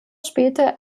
später